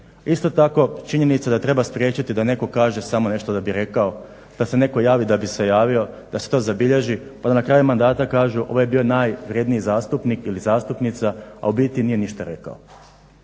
Isto tako, činjenica je da treba spriječiti da netko kaže samo nešto da bi rekao, da se netko javi da bi se javio da se to zabilježi pa da na kraju mandata kažu ovaj je bio najvrjedniji zastupnik ili zastupnica, a u biti nije ništa rekao.